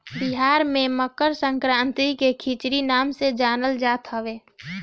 बिहार में मकरसंक्रांति के खिचड़ी नाम से जानल जात हवे